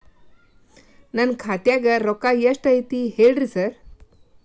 ನನ್ ಖಾತ್ಯಾಗ ರೊಕ್ಕಾ ಎಷ್ಟ್ ಐತಿ ಹೇಳ್ರಿ ಸಾರ್?